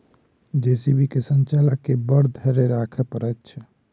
JCB के संचालक के बड़ धैर्य राखय पड़ैत छै